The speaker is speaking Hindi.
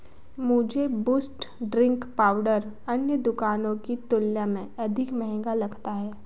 मुझे बुस्ट ड्रिंक पाउडर अन्य दुकानों की तुलना में अधिक महँगा लगता है